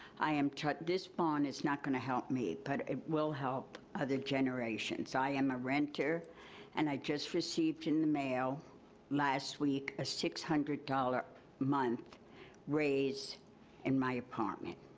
i am, but this bond it's not gonna help me, but it will help other generations. i am a renter and i just received in the mail last week a six hundred dollars month raise in my apartment